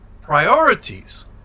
priorities